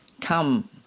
come